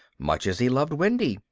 much as he loved wendy,